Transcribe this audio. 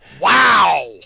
Wow